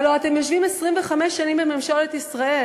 הלוא אתם יושבים 25 שנים בממשלת ישראל,